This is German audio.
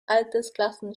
altersklassen